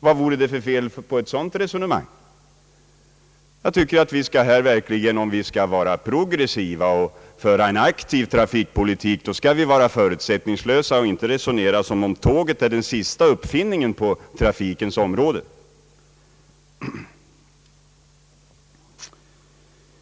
Vad vore det för fel på ett sådant resonemang? Om vi skall vara progressiva och föra en aktiv trafikpolitik, så skall vi vara förutsättningslösa och inte resonera som om tåget vore den sista uppfinningen på trafikens område.